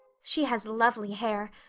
she has lovely hair,